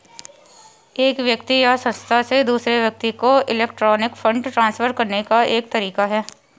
एक व्यक्ति या संस्था से दूसरे व्यक्ति को इलेक्ट्रॉनिक फ़ंड ट्रांसफ़र करने का एक तरीका है